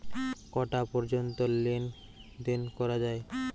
কটা পর্যন্ত লেন দেন করা য়ায়?